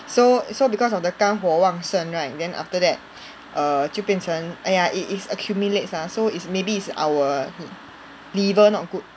so so because of the 肝火旺盛 right then after that err 就变成 !aiya! it's it's accumulates lah so it's maybe it's our liver not good